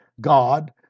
God